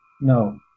no